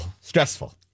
Stressful